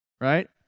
right